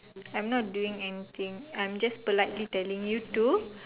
I'm not doing anything I'm just politely telling you to